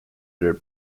their